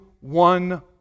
one